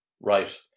Right